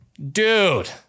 Dude